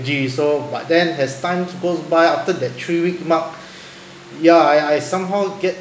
so but then as time goes by after that three week mark ya I I somehow get